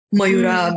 Mayura